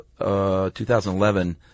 2011